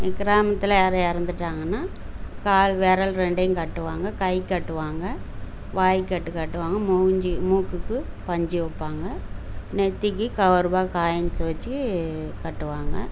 எங்கள் கிராமத்தில் யாரும் இறந்துட்டாங்கனா கால் விரல் ரெண்டையும் கட்டுவாங்க கை கட்டுவாங்க வாய் கட்டு கட்டுவாங்க மூஞ்சு மூக்குக்கு பஞ்சு வைப்பாங்க நெத்திக்கு காவாரூபாய் காயின்ஸ் வச்சு கட்டுவாங்க